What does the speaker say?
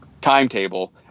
timetable